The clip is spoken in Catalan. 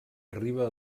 arriba